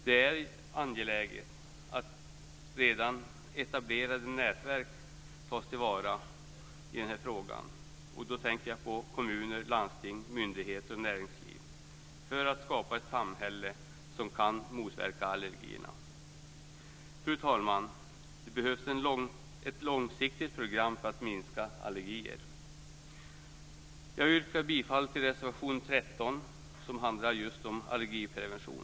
Det är angeläget att redan etablerade nätverk tas till vara i kommuner, landsting, myndigheter och näringsliv för att skapa ett samhälle som kan motverka allergierna. Fru talman! Det behövs ett långsiktigt program för att minska allergierna. Jag yrkar bifall till reservation 13, som handlar just om allergiprevention.